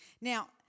Now